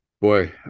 boy